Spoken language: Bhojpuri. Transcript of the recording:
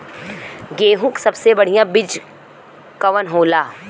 गेहूँक सबसे बढ़िया बिज कवन होला?